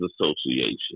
Association